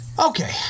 Okay